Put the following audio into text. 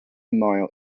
mile